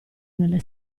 nelle